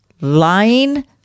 lying